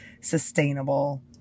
sustainable